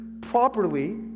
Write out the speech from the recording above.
properly